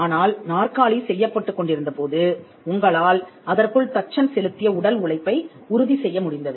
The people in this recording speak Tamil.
ஆனால் நாற்காலி செய்யப்பட்டுக் கொண்டிருந்த போது உங்களால் அதற்குள் தச்சன் செலுத்திய உடல் உழைப்பை உறுதி செய்ய முடிந்தது